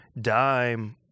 Dime